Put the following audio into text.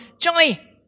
Johnny